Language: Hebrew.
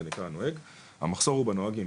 זה נקרא נוהג המחסור הוא בנוהגים.